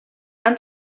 han